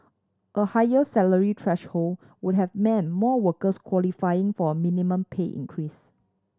a higher salary threshold would have meant more workers qualifying for a minimum pay increase